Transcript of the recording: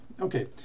Okay